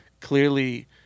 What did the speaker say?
Clearly